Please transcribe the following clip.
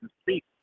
Speak